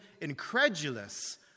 incredulous